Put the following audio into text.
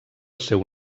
seu